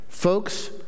Folks